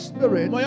Spirit